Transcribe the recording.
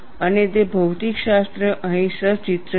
અને તે ભૌતિકશાસ્ત્ર અહીં સચિત્ર છે